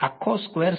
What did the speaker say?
તેથી એ બને છે